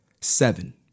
Seven